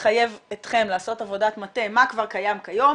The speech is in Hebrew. יחייב אתכם לעשות עבודת מטה מה כבר קיים כיום,